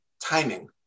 timing